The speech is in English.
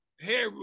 hair